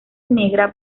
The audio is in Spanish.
negra